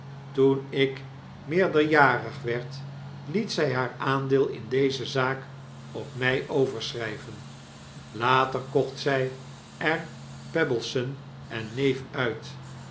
toen ik meerderjarig werd liet zij haar aandeel in deze zaak op my overschry ven later kocht zy er pebbleson en neef uit